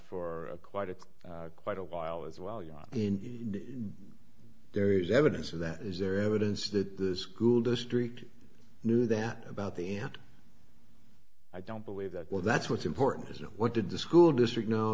for quite a quite a while as well you know there is evidence of that is there evidence that the school district knew that about the aunt i don't believe that well that's what's important is what did the school district know